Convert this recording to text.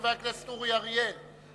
חבר הכנסת אורי אריאל,